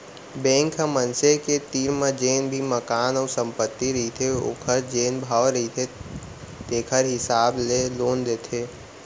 bank ह मनसे के तीर म जेन भी मकान अउ संपत्ति रहिथे ओखर जेन भाव रहिथे तेखर हिसाब ले लोन देथे